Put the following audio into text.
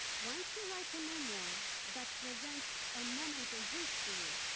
once you write a memoir that presents a moment in history,